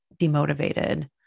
demotivated